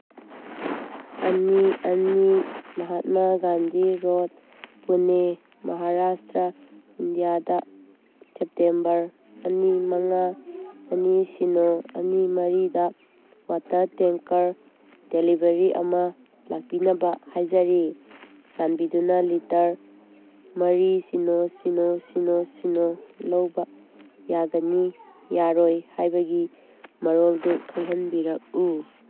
ꯑꯅꯤ ꯑꯅꯤ ꯃꯍꯠꯃꯥ ꯒꯥꯟꯙꯤ ꯔꯣꯠ ꯄꯨꯅꯦ ꯃꯍꯥꯔꯥꯁꯇ꯭ꯔꯥ ꯏꯟꯗꯤꯌꯥꯗ ꯁꯦꯞꯇꯦꯝꯕꯔ ꯑꯅꯤ ꯃꯉꯥ ꯑꯅꯤ ꯁꯤꯅꯣ ꯑꯅꯤ ꯃꯔꯤꯗ ꯋꯥꯇꯔ ꯇꯦꯡꯀꯔ ꯗꯦꯂꯤꯚꯔꯤ ꯑꯃ ꯂꯥꯛꯄꯤꯅꯕ ꯍꯥꯏꯖꯔꯤ ꯆꯥꯟꯕꯤꯗꯨꯅ ꯂꯤꯇꯔ ꯃꯔꯤ ꯁꯤꯅꯣ ꯁꯤꯅꯣ ꯁꯤꯅꯣ ꯁꯤꯅꯣ ꯂꯧꯕ ꯌꯥꯒꯅꯤ ꯌꯥꯔꯣꯏ ꯍꯥꯏꯕꯒꯤ ꯃꯔꯣꯜꯗꯨ ꯈꯪꯍꯟꯕꯤꯔꯛꯎ